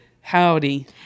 howdy